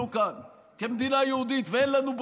כאן כמדינה יהודית ואין לנו ברירה.